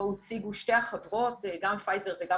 בו הציגו שתי החברות גם פייזר וגם